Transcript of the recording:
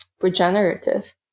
regenerative